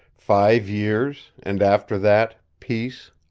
five years, and after that peace,